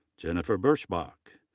jennifer birschbach.